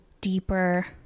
deeper